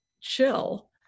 chill